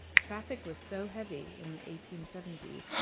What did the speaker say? traffic was so heavy in the eighteen seventy s,